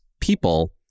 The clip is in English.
people